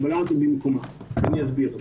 הרמה הזאת במקומה ואני אסביר.